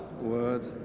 word